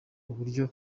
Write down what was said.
uburyo